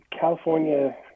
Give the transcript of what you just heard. California